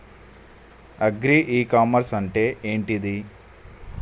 Agri e commerce అంటే ఏంటిది?